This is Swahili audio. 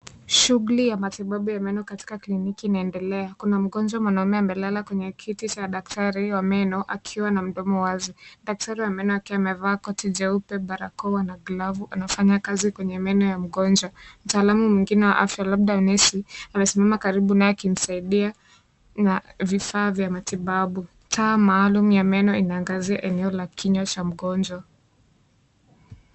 Shughuli ya matibabu ya meno katika kliniki inaendelea. Kuna mgonjwa mwanaume amelala kwenye kiti cha daktari wa meno, akiwa na mdomo wazi. Daktari wa meno akiwa amevaa koti jeupe, barakoa na glavu, anafanya kazi kwenye meno ya mgonjwa. Mtaalamu mwingine wa afya labda nesi, amesimama karibu naye akimsaidia na vifaa vya matibabu. Taa maalum ya meno inaangazia eneo la kinywa cha mgonjwa.